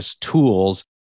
tools